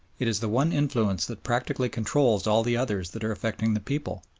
it is the one influence that practically controls all the others that are affecting the people.